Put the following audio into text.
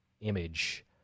image